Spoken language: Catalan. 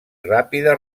ràpida